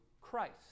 Christ